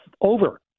over